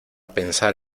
pensar